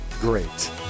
great